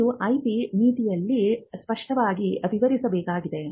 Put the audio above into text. ಇದು IP ನೀತಿಯಲ್ಲಿ ಸ್ಪಷ್ಟವಾಗಿ ವಿವರಿಸಬೇಕಾಗಿದೆ